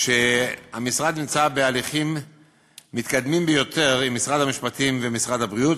עוד שהמשרד נמצא בהליכים מתקדמים ביותר עם משרד המשפטים ומשרד הבריאות,